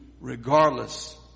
regardless